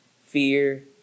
fear